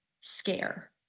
scare